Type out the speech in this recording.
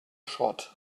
schrott